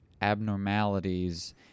abnormalities